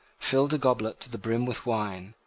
filled a goblet to the brim with wine,